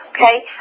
okay